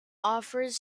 offers